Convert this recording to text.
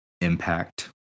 impact